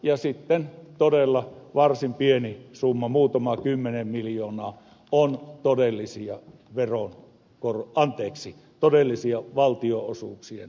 ja sitten todella varsin pieni summa muutama kymmenen miljoonaa on todellisia valtionosuuksien korotuksia